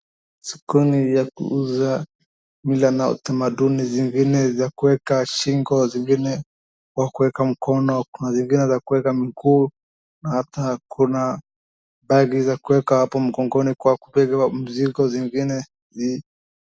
Sokoni ya kuuza mila na utamaduni zingine za kuweka shingo, zingine za kuweka mkono kuna zingine za kuweka mguu hata kuna bagi zakuweka hapo mgongoni kwa kubeba mzigo zingine.